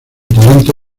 talento